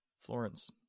Florence